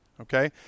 Okay